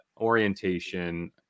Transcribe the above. orientation